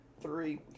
three